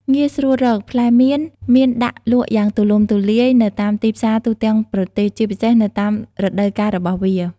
ងាយស្រួលរក ផ្លែមៀនមានដាក់លក់យ៉ាងទូលំទូលាយនៅតាមទីផ្សារទូទាំងប្រទេស ជាពិសេសនៅតាមរដូវកាលរបស់វា។